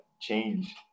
change